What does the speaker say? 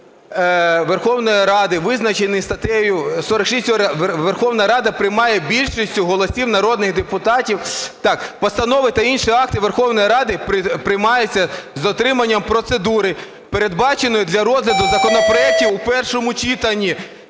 Верховна Рада приймає більшістю голосів народних депутатів…" Так, "Постанови та інші акти Верховної Ради приймаються з дотриманням процедури, передбаченої для розгляду законопроектів у першому читанні